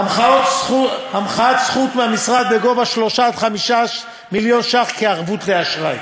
המחאת זכות מהמשרד בגובה 3 5 מיליון ש"ח כערבות לאשראי.